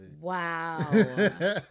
Wow